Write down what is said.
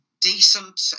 Decent